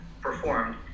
performed